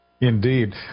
Indeed